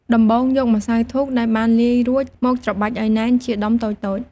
ដំបូងយកម្សៅធូបដែលបានលាយរួចមកច្របាច់ឱ្យណែនជាដុំតូចៗ។